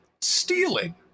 stealing